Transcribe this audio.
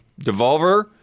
Devolver